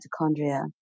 mitochondria